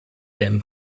them